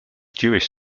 jewish